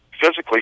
Physically